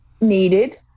needed